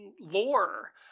lore